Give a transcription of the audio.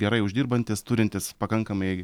gerai uždirbantis turintis pakankamai